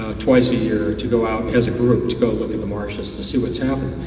twice a year to go out as a group to go look at the marshes to see what's happening.